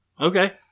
Okay